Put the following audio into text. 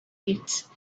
kids